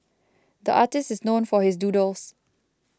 the artist is known for his doodles